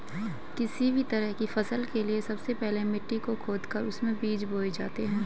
किसी भी तरह की फसल के लिए सबसे पहले मिट्टी को खोदकर उसमें बीज बोए जाते हैं